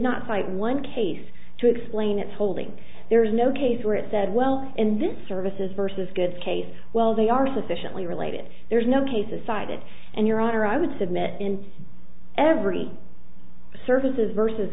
not cite one case to explain its holding there is no case where it said well in this services versus goods case well they are sufficiently related there's no cases cited and your honor i would submit in every services versus